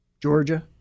Georgia